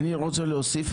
אני רוצה להוסיף,